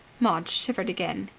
maud shivered again.